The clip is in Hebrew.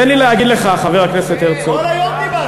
תן לי להגיד לך, חבר הכנסת הרצוג, כל היום דיברנו.